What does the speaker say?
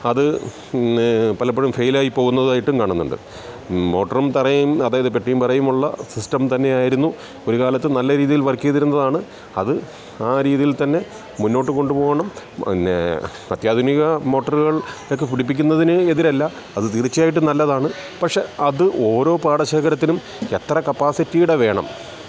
അത് പലപ്പോഴും ഫെയിലായി പോകുന്നതായിട്ടും കാണുന്നുണ്ട് മോട്ടറും തറയും അതായത് പെട്ടിയും പറയുമുള്ള സിസ്റ്റം തന്നെയായിരുന്നു ഒരുകാലത്ത് നല്ല രീതിയിൽ വർക്ക് ചെയ്തിരുന്നതാണ് അത് ആ രീതിയിൽ തന്നെ മുന്നോട്ടു കൊണ്ടുപോകണം പിന്നെ അത്യാധുനിക മോട്ടോറുകളൊക്കെ പിടിപ്പിക്കുന്നതിന് എതിരല്ല അത് തീർച്ചയായിട്ടും നല്ലതാണ് പക്ഷേ അത് ഓരോ പാടശേഖരത്തിനും എത്ര കപ്പാസിറ്റിയുടെ വേണം